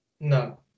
No